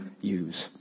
use